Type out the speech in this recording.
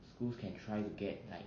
schools can try to get like